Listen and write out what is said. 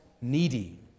needy